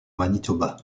manitoba